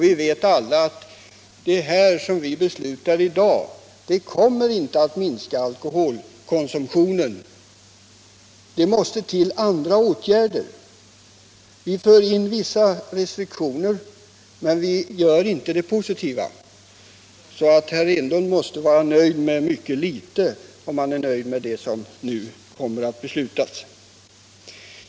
Vi vet alla att de åtgärder som vi beslutar i dag inte kommer att minska alkoholkonsumtionen. Det måste till andra åtgärder. Vi för in vissa restriktioner, men vi gör inte det positiva. Herr Enlund måste vara nöjd med litet, om han är nöjd med det som nu kommer att beslutas.